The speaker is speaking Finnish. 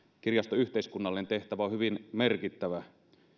kirjaston yhteiskunnallinen tehtävä on hyvin merkittävä